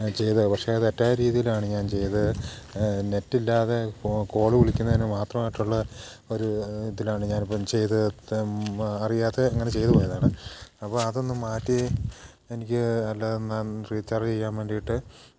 ചെയ്ത് പക്ഷെ അത് തെറ്റായ രീതിയിലാണ് ഞാൻ ചെയ്തത് നെറ്റില്ലാതെ കോള് വിളിക്കുന്നതിന് മാത്രമായിട്ടുള്ള ഒരു ഇതിലാണ് ഞനിപ്പം ചെയ്തത് അറിയാതെ ഇങ്ങനെ ചെയ്ത് പോയതാണ് അപ്പം അതൊന്നു മാറ്റി എനിക്ക് അല്ലാതെ ന്നൻ റീച്ചാർജ് ചെയ്യാൻ വേണ്ടിയിട്ട്